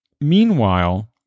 Meanwhile